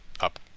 up